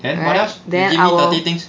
and what else you give me thirty things